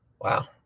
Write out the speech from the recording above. Wow